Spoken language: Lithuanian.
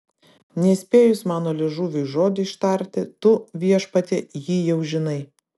nespėjus mano liežuviui žodį ištarti tu viešpatie jį jau žinai